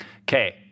Okay